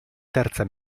terza